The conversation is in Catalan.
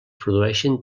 produeixen